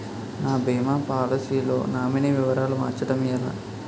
నా భీమా పోలసీ లో నామినీ వివరాలు మార్చటం ఎలా?